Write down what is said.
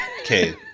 Okay